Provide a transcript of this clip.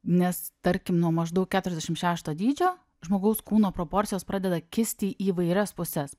nes tarkim nuo maždaug keturiasdešim šešto dydžio žmogaus kūno proporcijos pradeda kisti į įvairias puses